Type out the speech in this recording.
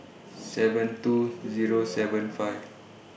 seven two Zero seven five